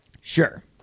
sure